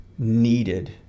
Needed